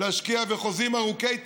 להשקיע בחוזים ארוכי טווח.